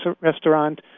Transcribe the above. restaurant